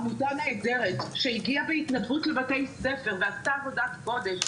עמותה נהדרת שהגיעה בהתנדבות לבתי הספר ועשתה עבודת קודש.